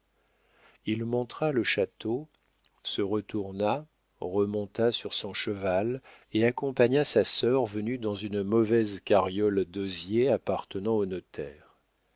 il montra le château se retourna remonta sur son cheval et accompagna sa sœur venue dans une mauvaise carriole d'osier appartenant au